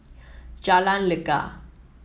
Jalan Lekar